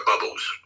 bubbles